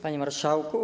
Panie Marszałku!